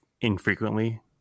infrequently